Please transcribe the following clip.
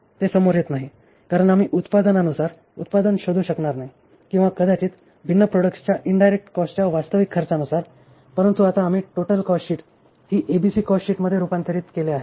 ते समोर येत नाही कारण आम्ही उत्पादनानुसार उत्पादन शोधू शकणार नाही किंवा कदाचित भिन्न प्रॉडक्ट्सच्या इनडायरेक्ट कॉस्टच्या वास्तविक खर्चानुसार परंतु आता आम्ही टोटल कॉस्टशीट ही एबीसी कॉस्टशीटमध्ये रूपांतरित केले आहे